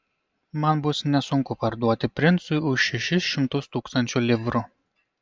man bus nesunku parduoti princui už šešis šimtus tūkstančių livrų